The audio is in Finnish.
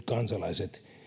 kansalaiset